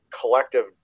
collective